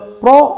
pro